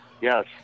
Yes